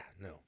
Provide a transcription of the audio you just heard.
no